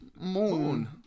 moon